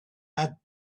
had